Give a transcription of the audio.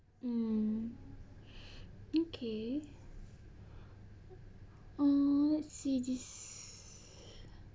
mm okay um let see this